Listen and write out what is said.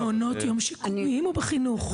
מעונות יום שיקומיים או בחינוך?